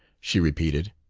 she repeated.